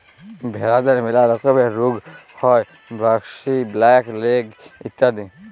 ভেরাদের ম্যালা রকমের রুগ হ্যয় ব্র্যাক্সি, ব্ল্যাক লেগ ইত্যাদি